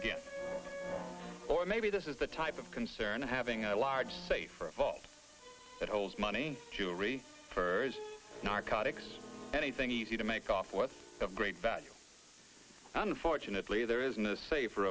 again or maybe this is the type of concern having a large say for of all that holds money jewelry for narcotics anything easy to make off with great value unfortunately there isn't a safer